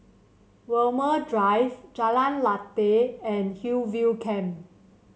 Walmer Drive Jalan Lateh and Hillview Camp